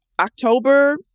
october